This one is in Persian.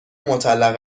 مطلقه